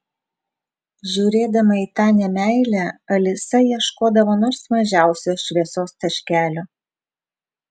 žiūrėdama į tą nemeilę alisa ieškodavo nors mažiausio šviesos taškelio